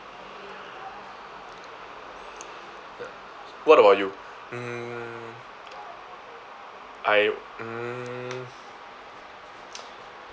what about you mm I